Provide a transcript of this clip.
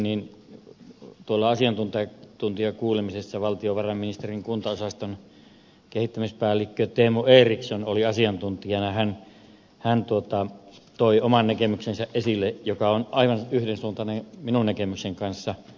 niin kuin tuossa aikaisemminkin totesin asiantuntijakuulemisessa valtiovarainministeriön kuntaosaston kehittämispäällikkö teemu eriksson oli asiantuntijana ja hän toi esille oman näkemyksensä joka on aivan yhdensuuntainen minun näkemykseni kanssa